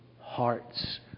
hearts